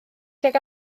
tuag